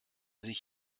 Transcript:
sich